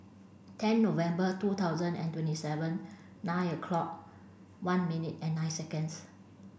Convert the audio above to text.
ten November two thousand and twenty seven nine o'clock one minute and nine seconds